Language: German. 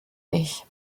ich